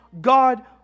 God